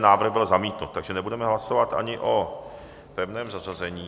Návrh byl zamítnut, takže nebudeme hlasovat ani o pevném zařazení.